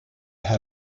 had